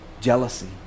jealousy